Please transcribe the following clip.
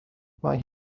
mae